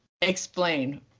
explain